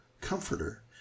comforter